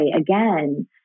again